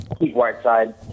Whiteside